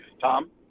Tom